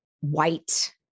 white